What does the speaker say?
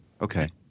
Okay